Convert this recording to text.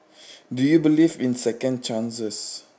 do you believe in second chances